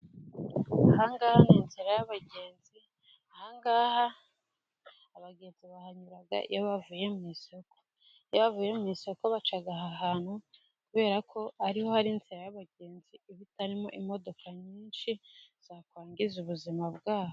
Ahangaha ni inzira y'abagenzi, ahangaha abagenzi bahanyura iyo bavuye mu isoko. Iyo bavuye mu isoko baca aha hantu, kubera ko ariho hari inzira y'abagenzi iba itarimo imodoka nyinshi, zakwangiza ubuzima bwa bo.